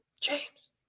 james